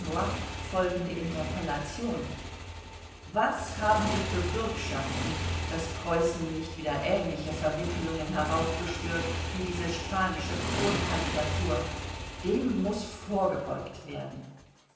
folgende interpellation was haben wir für bürgschaften daß preußen nicht wieder ähnliche verwickelungen heraufbeschwört wie diese spanische kronkandidatur dem muß vorgebeugt werden